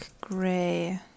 gray